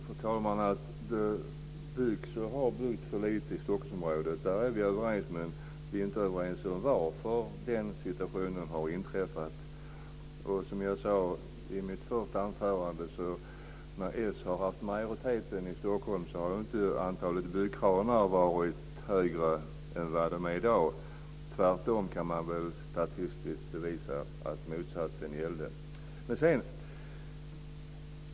Fru talman! Att det byggs och har byggts för lite i Stockholmsområdet är vi överens. Men vi är inte överens om varför den situationen har inträffat. Som jag sade i mitt första anförande har inte antalet byggkranar varit högre när socialdemokraterna har haft majoriteten i Stockholm än det är i dag. Tvärtom kan man statistiskt visa att motsatsen gällde.